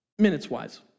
Minutes-wise